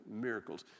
miracles